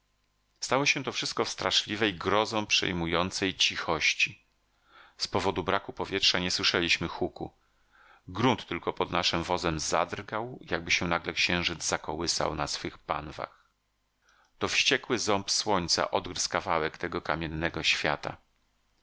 stało się to wszystko w straszliwej grozą przejmującej cichości z powodu braku powietrza nie słyszeliśmy huku grunt tylko pod naszym wozem zadrgał jakby się nagle księżyc zakołysał na swych panwach to wściekły ząb słońca odgryzł kawałek tego kamiennego świata